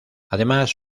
además